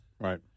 Right